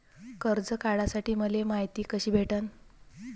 कर्ज काढासाठी मले मायती कशी भेटन?